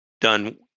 done